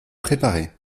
préparer